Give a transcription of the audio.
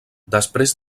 després